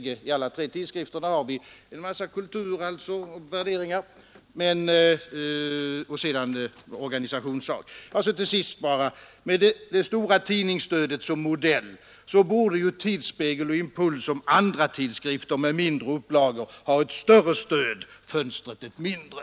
I alla tre tidskrifterna finner vi en massa kultur förutom organisationssaker. Till sist: Med det stora tidningsstödet som modell borde Tidsspegel och Impuls som andra tidskrifter med mindre upplagor ha ett större stöd, Fönstret ett mindre.